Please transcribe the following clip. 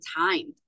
time